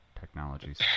technologies